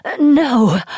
No